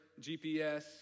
GPS